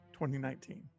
2019